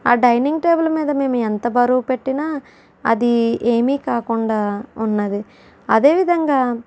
ఆ dining table మీద మేము ఎంత బరువు పెట్టినా అది ఏమీ కాకుండా ఉన్నది అదే విధంగా